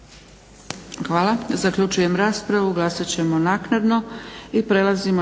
Hvala. Zaključujem raspravu. Glasat ćemo naknadno. **Leko,